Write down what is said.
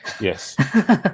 Yes